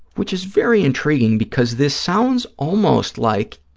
which is very intriguing because this sounds almost like